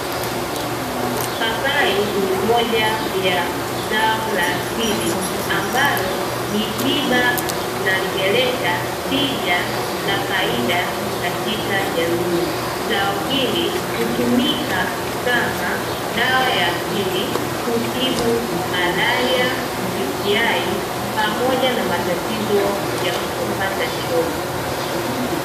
Papai ni moja ya zao la asili ambalo ni tiba, na limeleta tija na faida katika jamii, zao hili hutumika kama dawa ya asili, hutibu malaria, "UTI" pamoja na matatizo ya kutopata choo.